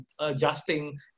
adjusting